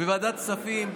בוועדת הכספים,